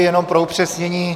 Jenom pro upřesnění.